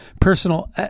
personal